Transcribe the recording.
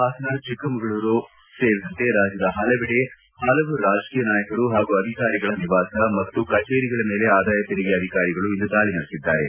ಪಾಸನ ಚಿಕ್ಕಮಗಳೂರು ಸೇರಿದಂತೆ ರಾಜ್ಯದ ಪಲವೆಡೆ ಪಲವು ರಾಜಕೀಯ ನಾಯಕರು ಪಾಗೂ ಅಧಿಕಾರಿಗಳ ನಿವಾಸ ಮತ್ತು ಕಚೇರಿಗಳ ಮೇಲೆ ಆದಾಯ ತೆರಿಗೆ ಅಧಿಕಾರಿಗಳು ಇಂದು ದಾಳಿ ನಡೆಸಿದ್ದಾರೆ